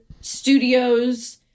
studios